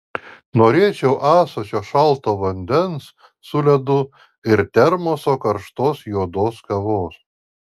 norėčiau ąsočio šalto vandens su ledu ir termoso karštos juodos kavos